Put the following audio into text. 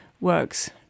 works